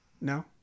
No